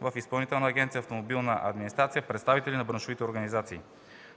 в Изпълнителна агенция „Автомобилна администрация”, и представители на браншовите организации.